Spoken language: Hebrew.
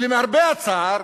למרבה הצער,